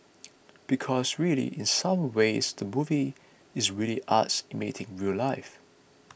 because really in some ways the movie is really arts imitating real life